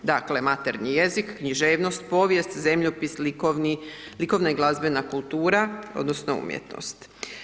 Dakle, maternji jezik, književnost, povijest, zemljopis, likovna i glazbena kultura odnosno umjetnost.